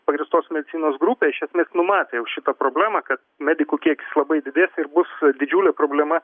pagrįstos medicinos grupė iš esmės numatė jau šitą problemą kad medikų kiek labai didės ir bus didžiulė problema